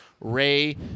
Ray